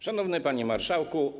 Szanowny Panie Marszałku!